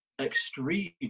extreme